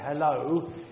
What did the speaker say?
hello